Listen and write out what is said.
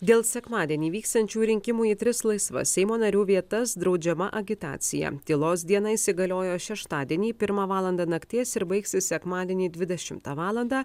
dėl sekmadienį vyksiančių rinkimų į tris laisvas seimo narių vietas draudžiama agitacija tylos diena įsigaliojo šeštadienį pirmą valandą nakties ir baigsis sekmadienį dvidešimtą valandą